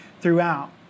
throughout